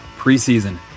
preseason